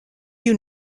been